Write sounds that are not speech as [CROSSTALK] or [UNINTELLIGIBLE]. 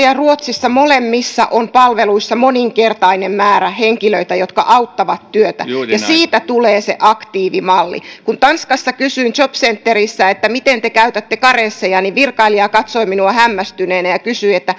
[UNINTELLIGIBLE] ja ruotsissa molemmissa on palveluissa moninkertainen määrä henkilöitä jotka auttavat työtöntä ja siitä tulee se aktiivimalli kun tanskassa kysyin jobcenterissä että miten te käytätte karensseja niin virkailija katsoi minua hämmästyneenä ja kysyi